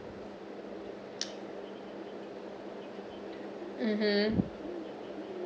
mmhmm